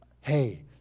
hey